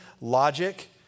logic